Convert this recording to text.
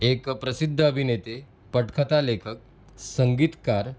एक प्रसिद्ध अभिनेते पटकथा लेखक संगीतकार